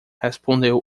respondeu